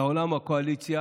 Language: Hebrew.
מעולם הקואליציה